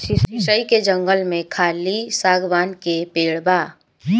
शीशइ के जंगल में खाली शागवान के पेड़ बावे